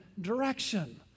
direction